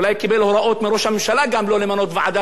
למנות ועדה לפני חצי שנה או לפני שנה,